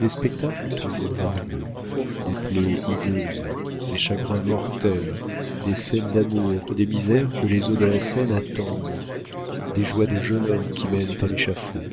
des spectacles toujours variés des plaies hideuses des chagrins mortels des scènes d'amour des misères que les eaux de la seine attendent des joies de jeune homme qui mènent à l'échafaud